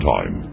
Time